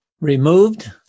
removed